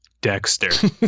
dexter